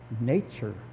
nature